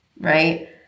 right